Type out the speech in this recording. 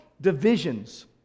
divisions